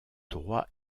droit